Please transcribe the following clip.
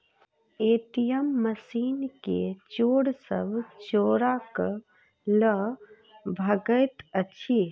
ATM machine के चोर सब चोरा क ल भगैत अछि